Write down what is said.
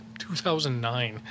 2009